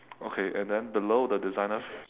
okay and then below the designer